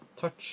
touch